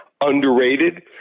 underrated